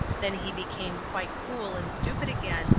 then he became quite cool and stupid again,